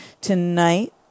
tonight